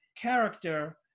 character